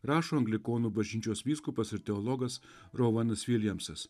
rašo anglikonų bažnyčios vyskupas ir teologas rovandas viljamsas